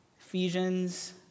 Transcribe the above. Ephesians